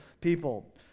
people